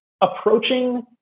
approaching